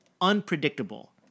unpredictable